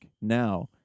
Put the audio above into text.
Now